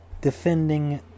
defending